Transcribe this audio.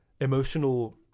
emotional